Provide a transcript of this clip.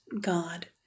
God